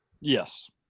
Yes